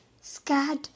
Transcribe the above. scared